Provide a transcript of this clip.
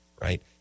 right